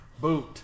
Boot